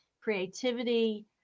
creativity